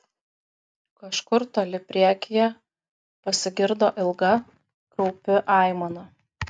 kažkur toli priekyje pasigirdo ilga kraupi aimana